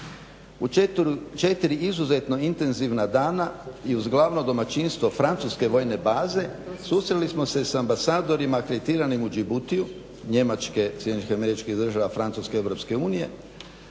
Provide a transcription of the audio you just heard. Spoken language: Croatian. U četiri izuzetno intenzivna dana i uz glavno domaćinstvo Francuske vojne baze susreli smo se s ambasadorima akreditiranim u Djiboutiju Njemačke, SAD-a, Francuske, EU,